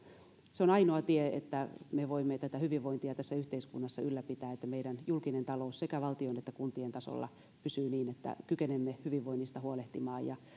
se on ainoa tie jotta me voimme tätä hyvinvointia tässä yhteiskunnassa ylläpitää jotta meidän julkinen talous sekä valtion että kuntien tasolla pysyy niin että kykenemme hyvinvoinnista huolehtimaan